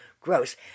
gross